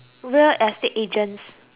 agents